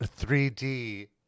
3D